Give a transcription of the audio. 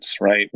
Right